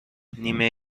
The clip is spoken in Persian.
نیمه